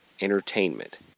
Entertainment